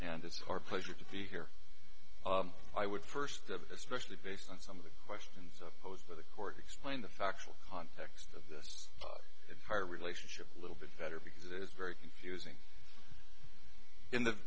and it's hard pleasure to be here i would first of it especially based on some of the questions posed by the court explain the factual context of this entire relationship a little bit better because it is very confusing in the